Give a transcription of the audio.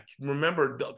remember